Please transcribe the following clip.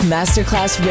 Masterclass